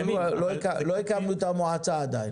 לא הקמנו את המועצה עדיין.